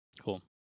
Cool